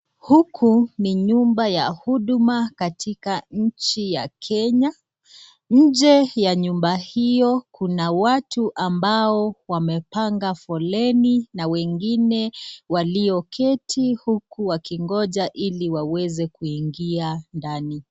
Huku ni nyumba ya huduma katika nchi ya Kenya. Nje ya nyumba hio kuna watu ambao wamepanga foleni na wengine walioketi uku wakigonja ili waweze kuingia ndani.